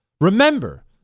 Remember